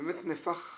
ויש מי שעוקב,